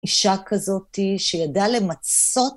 אישה כזאתי שידעה למצות.